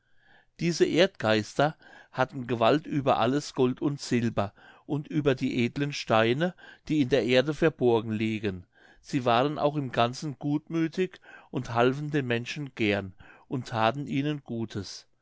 diese erdgeister hatten gewalt über alles gold und silber und über die edlen steine die in der erde verborgen liegen sie waren auch im ganzen gutmüthig und halfen den menschen gern und thaten ihnen gutes